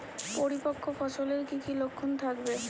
পরিপক্ক ফসলের কি কি লক্ষণ থাকবে?